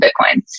Bitcoin